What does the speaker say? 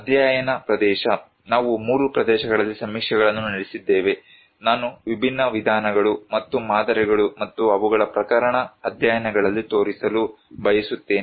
ಅಧ್ಯಯನ ಪ್ರದೇಶ ನಾವು 3 ಪ್ರದೇಶಗಳಲ್ಲಿ ಸಮೀಕ್ಷೆಗಳನ್ನು ನಡೆಸಿದ್ದೇವೆ ನಾನು ವಿಭಿನ್ನ ವಿಧಾನಗಳು ಮತ್ತು ಮಾದರಿಗಳು ಮತ್ತು ಅವುಗಳ ಪ್ರಕರಣ ಅಧ್ಯಯನಗಳಲ್ಲಿ ತೋರಿಸಲು ಬಯಸುತ್ತೇನೆ